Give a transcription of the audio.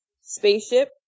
spaceship